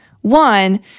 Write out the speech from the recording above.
One